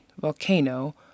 volcano